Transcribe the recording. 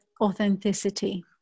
authenticity